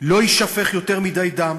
שלא יישפך יותר מדי דם